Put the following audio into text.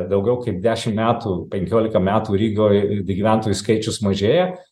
daugiau kaip dešimt metų penkiolika metų rygoj gyventojų skaičius mažėja